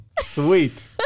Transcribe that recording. Sweet